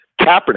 Kaepernick